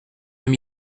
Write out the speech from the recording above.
deux